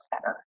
better